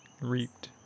reaped